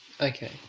Okay